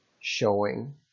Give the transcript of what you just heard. showing